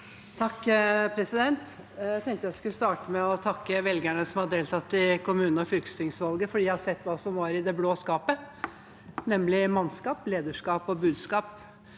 (H) Jeg tenkte jeg skulle starte med å takke velgerne som har deltatt i kommune- og fylkestingsvalget, for jeg har sett hva som var i det blå skapet, nemlig mannskap, lederskap og budskap.